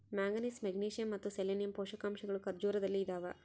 manganese magnesium ಮತ್ತು selenium ಪೋಷಕಾಂಶಗಳು ಖರ್ಜೂರದಲ್ಲಿ ಇದಾವ